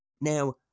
now